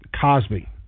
Cosby